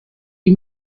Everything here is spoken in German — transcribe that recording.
die